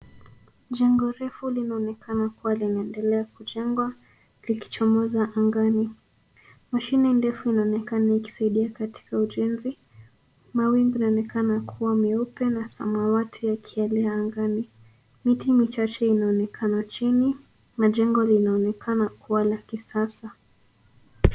Jengo refu linaonekana kuwa linaendelea kujengwa likichomoza angani. Mashine ndefu inaonekana ikisaidia katika ujenzi. Mawingu yanaonekana kuwa meupe na samawati ya kihali ya angani. Miti michache inaonekana chini na jengo linaonekana kuwa la kisasa.